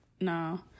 No